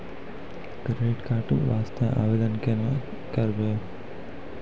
Credit card के वास्ते आवेदन केना करबै?